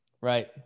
Right